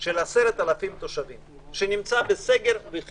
של 10,000 תושבים שנמצא בסגר.